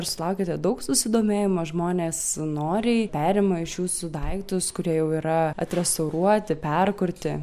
ar sulaukiate daug susidomėjimo žmonės noriai perima iš jūsų daiktus kurie jau yra atrestauruoti perkurti